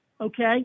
okay